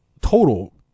total